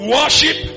Worship